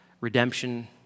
redemption